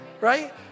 right